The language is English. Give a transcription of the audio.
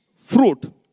fruit